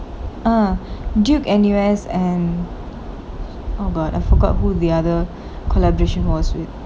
ah duke N_U_S and oh god I forgot who the other collaboration was with